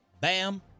bam